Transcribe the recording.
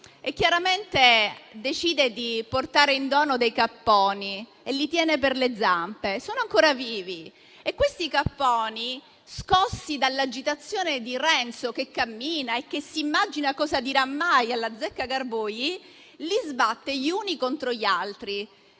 Decide di portare in dono dei capponi e li tiene per le zampe. Sono ancora vivi e quei capponi, scossi dall'agitazione di Renzo che cammina e che si immagina cosa dirà mai all'Azzeccagarbugli, vengono sbattuti gli uni contro gli altri,